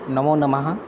नमो नमः